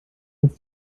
als